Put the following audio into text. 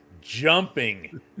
jumping